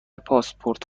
پاسپورت